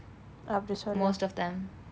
most of them